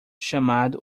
chamado